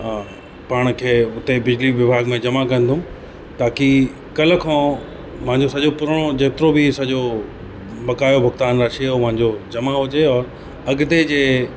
पाण खे हुते बिजली विभाग में जमा कंदुमि ताकि कल्ह खां मांजो सॼो पुराणो जेतिरो बि सॼो बकायो भुॻतान राशीअ जो मांजो जमा हुजे और अॻते जे